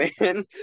man